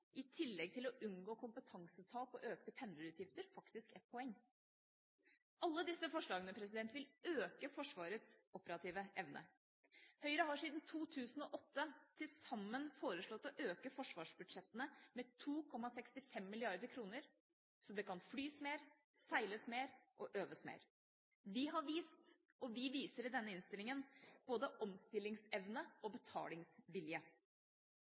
i tillegg til å unngå kompetansetap og økte pendlerutgifter – faktisk et poeng. Alle disse forslagene vil øke Forsvarets operative evne. Høyre har siden 2008 til sammen foreslått å øke forsvarsbudsjettene med 2,65 mrd. kr, slik at det kan flys mer, seiles mer og øves mer. Vi har vist – og vi viser i denne innstillingen – både omstillingsevne og betalingsvilje.